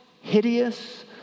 hideous